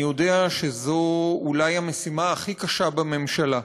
אני יודע שזו אולי המשימה הכי קשה בממשלה,